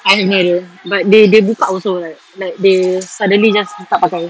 I have no idea but they they buka also leh like they suddenly just tak pakai